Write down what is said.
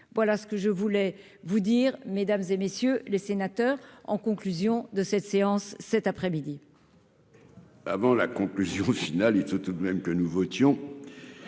voilà ce que je voulais vous dire mesdames et messieurs les sénateurs, en conclusion de cette séance cet après-midi.